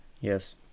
yes